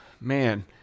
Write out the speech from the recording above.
man